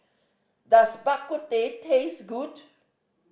does Bak Kut Teh taste good